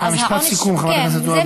אז העונש, משפט סיכום, חברת הכנסת זועבי.